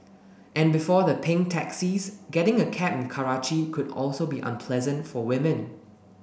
and before the pink taxis getting a cab in Karachi could also be unpleasant for women